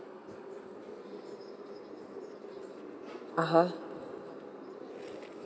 (uh huh)